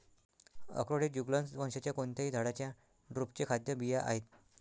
अक्रोड हे जुगलन्स वंशाच्या कोणत्याही झाडाच्या ड्रुपचे खाद्य बिया आहेत